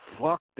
fuck